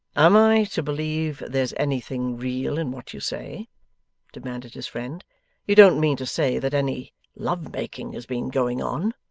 am i to believe there's anything real in what you say demanded his friend you don't mean to say that any love-making has been going on